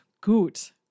gut